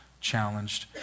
challenged